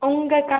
உங்கள் கடை